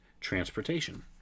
transportation